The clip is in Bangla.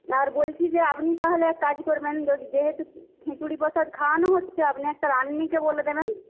আর বলছি যে আপনি তাহলে এক কাজ করবেন যেহেতু খিচুড়ি প্রসাদ খাওয়ানো হচ্ছে আপনি একটা রাঁধুনিকে বলে দেবেন